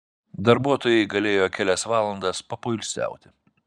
darbuotojai galėjo kelias valandas papoilsiauti